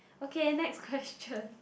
okay next question